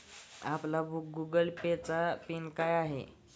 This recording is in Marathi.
आपला गूगल पे चा पिन काय आहे?